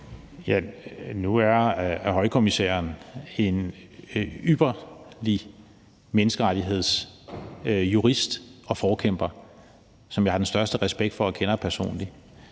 Nu er højkommissæren en ypperlig menneskerettighedsjurist og -forkæmper, som jeg har den største respekt for, og som jeg kender personligt.